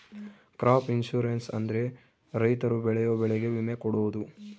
crop insurance ಅಂದ್ರೆ ರೈತರು ಬೆಳೆಯೋ ಬೆಳೆಗೆ ವಿಮೆ ಕೊಡೋದು